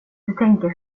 tänker